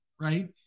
right